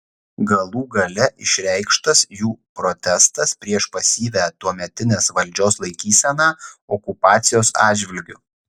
galų gale išreikštas jų protestas prieš pasyvią tuometinės valdžios laikyseną okupacijos atžvilgiu